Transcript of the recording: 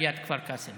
בעיריית כפר קאסם.